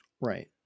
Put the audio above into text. Right